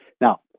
Now